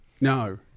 No